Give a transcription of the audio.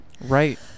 Right